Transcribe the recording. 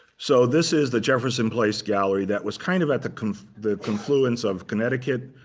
so this is the jefferson place gallery that was kind of at the the confluence of connecticut